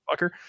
fucker